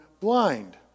blind